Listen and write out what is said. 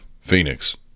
Phoenix